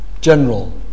general